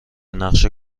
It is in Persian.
نقشه